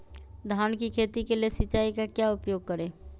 धान की खेती के लिए सिंचाई का क्या उपयोग करें?